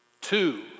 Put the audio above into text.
Two